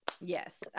Yes